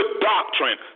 doctrine